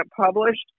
published